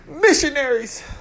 missionaries